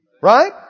Right